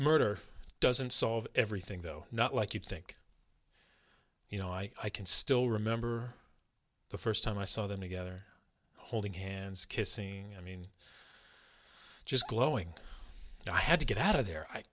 murder doesn't solve everything though not like you think you know i can still remember the first time i saw the new gather holding hands kissing i mean just glowing and i had to get out of here